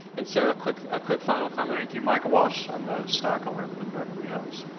and, sir, a quick a quick final comment. thank you. michael walsh. i'm a stockholder. i live in beverly hills.